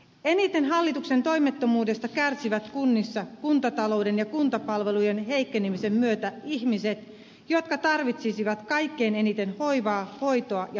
eniten hallituksen toimettomuudesta kärsivät kunnissa kuntatalouden ja kuntapalvelujen heikkenemisen myötä ihmiset jotka tarvitsisivat kaikkein eniten hoivaa hoitoa ja huolenpitoa